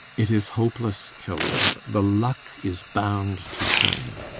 it is hopeless, hilda. the luck is bound to turn.